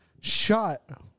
shot